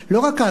לא רק אז,